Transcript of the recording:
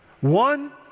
One